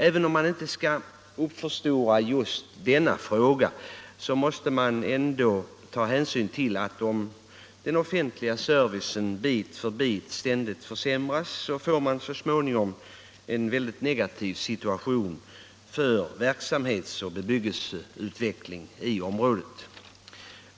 Även om man inte skall uppförstora just denna fråga måste man ta hänsyn till att om den offentliga servicen bit för bit ständigt försämras, får man så småningom en väldigt negativ situation för verksamhetsoch bebyggelseutvecklingen inom området.